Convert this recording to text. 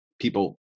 people